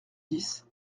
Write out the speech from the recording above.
dix